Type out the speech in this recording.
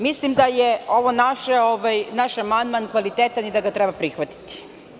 Mislim da je ovaj naš amandman kvalitetan da ga treba prihvatiti.